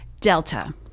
Delta